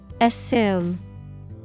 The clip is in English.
Assume